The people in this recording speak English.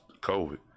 COVID